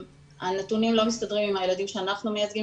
הנתונים לא מסתדרים עם הילדים שאנחנו מייצגים,